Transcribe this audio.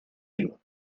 you